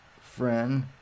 friend